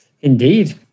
Indeed